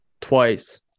Twice